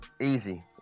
Easy